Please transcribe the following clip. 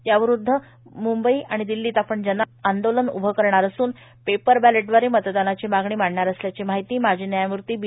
याविरूध्द म्ंबई आणि दिल्लीत आपण जनांदोलन उभे करणार असून पेपर बॅलेटद्वारे मतदानाची मागणी मांडणार असल्याची माहिती माजी न्यायमूर्ती बी